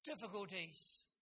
difficulties